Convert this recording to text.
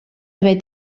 haver